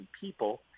people